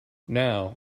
now